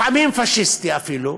לפעמים פאשיסטי אפילו,